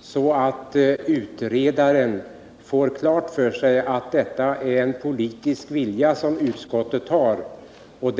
så att utredaren får klart för sig att utskottet här ger uttryck för en ståndpunkt.